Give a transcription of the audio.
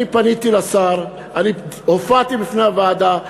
אני פניתי לשר, אני הופעתי בפני הוועדה.